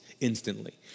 instantly